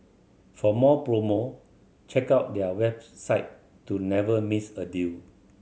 for more promo check out their website to never miss a deal